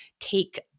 take